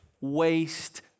waste